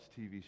TV